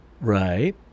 Right